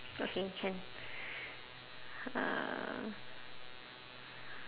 okay can uh